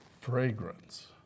Fragrance